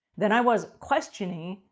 then i was questioning,